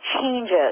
changes